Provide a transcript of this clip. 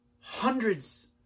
hundreds